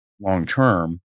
long-term